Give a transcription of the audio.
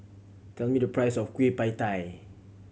tell me the price of Kueh Pie Tai